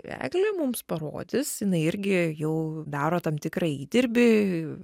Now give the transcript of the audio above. eglė mums parodys jinai irgi jau daro tam tikrą įdirbį